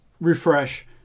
refresh